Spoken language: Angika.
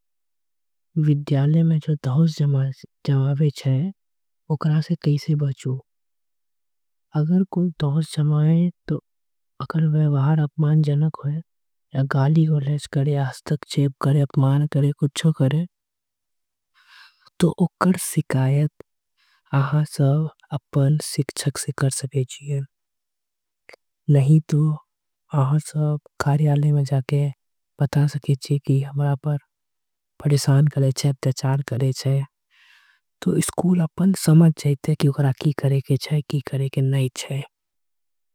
विद्याले में जो दहुस जमावेच है उकरा से कैसे बचो। अगर कोई दहुस जमाएं तो अगर वैवार अपमान। जनक होई या गाली को लेश करें आस्तक चेप करें। अपमान करें कुछो करें तो उकर सिकायत आहा सब। अपन सिक्छक से कर सकेजीए नहीं तो आहा सब। करियाले में जाके बता सकेजीए कि हम्रा पर पड़िसान। करें चे प्तयचार करें चे तो स्कूल अपन समझ जायते। है कि उकरा की करें के चे की करें के नहीं चे।